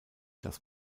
das